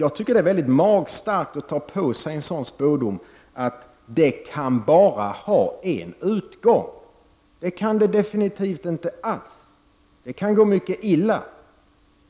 Jag tycker att det är väldigt magstarkt att ta på sig ansvaret för en sådan spådom — att det bara kan ha en utgång. Det kan det definitivt inte alls, det kan gå mycket illa.